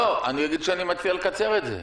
אני אומר שאני מציע לקצר את זה.